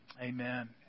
Amen